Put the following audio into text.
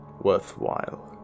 worthwhile